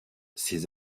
ses